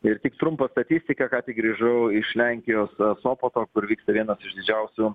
ir tik trumpa statistika ką tik grįžau iš lenkijos sopoto kur vyksta vienas didžiausių